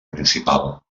principal